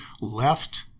left